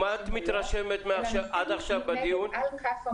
ממה את מתרשמת עד עכשיו בדיון?